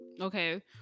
Okay